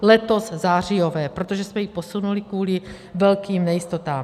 Letos zářijové, protože jsme ji posunuli kvůli velkým nejistotám.